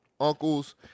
uncles